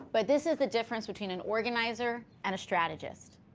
but this is the difference between an organizer and a strategist.